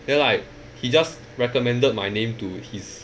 then like he just recommended my name to his